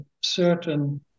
certain